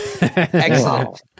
Excellent